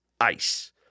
ICE